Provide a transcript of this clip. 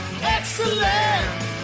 Excellent